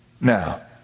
Now